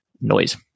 noise